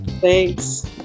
Thanks